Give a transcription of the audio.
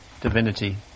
Divinity